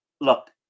Look